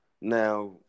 Now